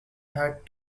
had